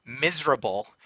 miserable